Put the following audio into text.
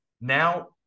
Now